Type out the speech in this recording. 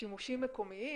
לשימושים מקומיים,